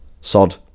Sod